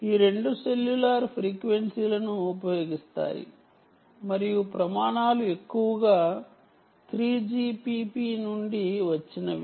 ఈ రెండూ cellular frequency లను ఉపయోగిస్తాయి మరియు ప్రమాణాలు ఎక్కువగా 3GPP నుండి వచ్చినవి